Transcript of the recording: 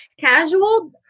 casual